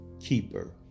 Keeper